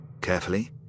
Carefully